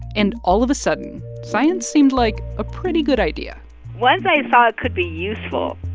and all of a sudden, science seemed like a pretty good idea once i thought it could be useful,